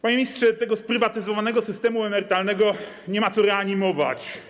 Panie ministrze, tego sprywatyzowanego systemu emerytalnego nie ma co reanimować.